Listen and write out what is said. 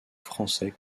français